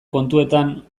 kontuetan